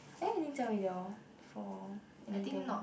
are you meeting Jia-Wei they all for anything